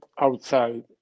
outside